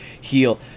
heal